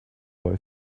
boy